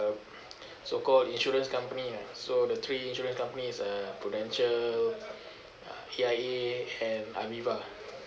so called insurance company ah so the three insurance company is uh prudential A_I_A and aviva